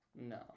No